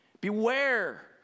Beware